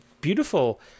beautiful